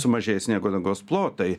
sumažėję sniego dangos plotai